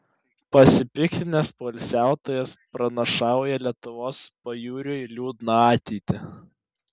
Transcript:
pasipiktinęs poilsiautojas pranašauja lietuvos pajūriui liūdną ateitį